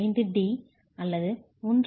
5d அல்லது 1